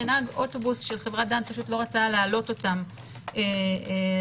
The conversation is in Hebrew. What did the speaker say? שנהג אוטובוס של חברת דן לא רצה להעלות אותם לנסיעה,